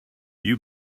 you